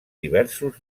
diversos